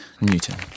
Newton